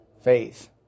faith